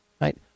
Right